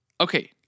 Okay